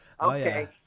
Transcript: Okay